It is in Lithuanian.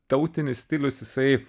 tautinis stilius jisai